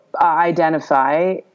identify